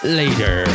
later